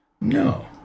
No